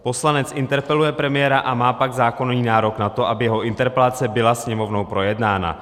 Poslanec interpeluje premiéra a má pak zákonný nárok na to, aby jeho interpelace byla Sněmovnou projednána.